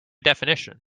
definition